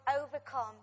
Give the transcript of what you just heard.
overcome